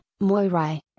Moirai